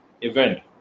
event